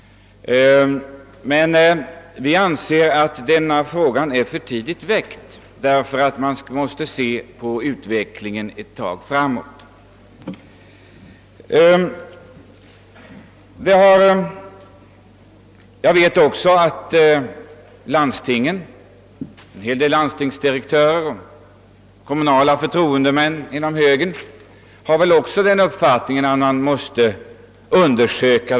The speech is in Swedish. Vi anser emellertid att tanken är för tidigt väckt; man måste se på utvecklingen en tid framåt. Jag vet också att man inom landstingen — det gäller även en hel del landstingsdirektörer och kommunala förtroendemän inom högern — har den uppfattningen att dessa frågor måste undersökas.